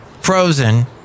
Frozen